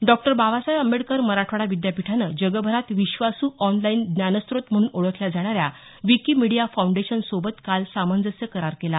doctor Babasaheb Ambedkar Marathwada विद्यापीठानं जगभरात विश्वासू ऑनलाईन ज्ञानस्त्रोत म्हणून ओळखल्या जाणाऱ्या विकीमीडिया फाऊंडेशन सोबत काल सामंजस्य करार केला